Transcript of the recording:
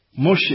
Moshe